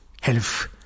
health